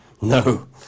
no